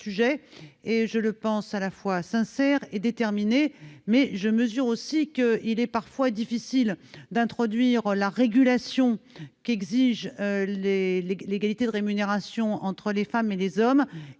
que je pense à la fois sincère et déterminé. Cependant, je mesure qu'il est difficile d'introduire la régulation qu'exige l'égalité de rémunération entre les femmes et les hommes,